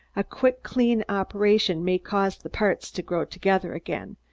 a quick, clean operation may cause the parts to grow together again,